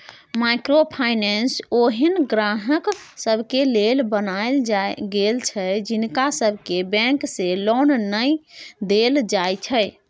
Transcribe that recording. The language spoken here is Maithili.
माइक्रो फाइनेंस ओहेन ग्राहक सबके लेल बनायल गेल छै जिनका सबके बैंक से लोन नै देल जाइत छै